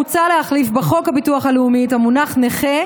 מוצע להחליף בחוק הביטוח הלאומי את המונח "נכה"